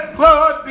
blood